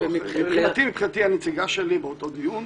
מבחינתי היא הנציגה שלי באותו דיון,